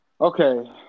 Okay